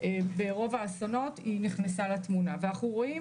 מבחינת ההיסטוריה אנחנו רואים